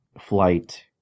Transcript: flight